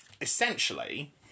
essentially